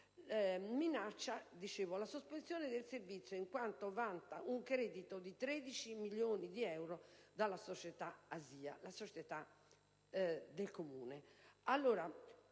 al giorno, e che minaccia la sospensione del servizio in quanto vanta un credito di 13 milioni di euro dalla società «Asia» del Comune